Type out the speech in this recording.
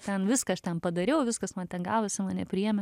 ten viską aš ten padariau viskas man ten gavosi mane priėmė